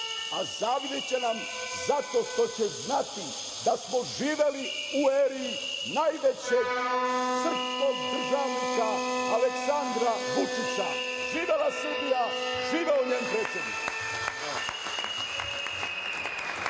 a zavideće nam zato što će znati da smo živeli u eri najvećeg srpskog državnika Aleksandra Vučića. Živela Srbija! Živeo njen predsednik!